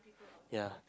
yeah